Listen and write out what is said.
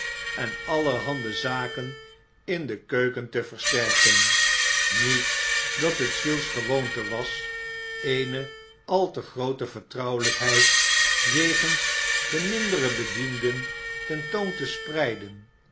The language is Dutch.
en allerhande zaken in de keuken te versterken niet dat het giles gewoonte was eene al te groote vertrouwelijkheid jegens de mindere bedienden ten toon te spreiden